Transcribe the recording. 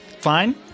fine